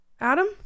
adam